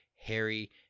Harry